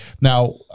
Now